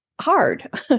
hard